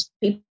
people